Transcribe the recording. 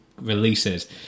releases